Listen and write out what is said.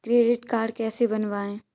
Credit card कैसे बनवाएँ?